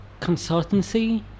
consultancy